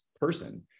person